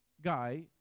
guy